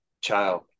child